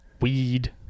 weed